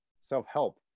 self-help